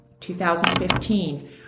2015